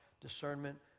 discernment